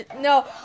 No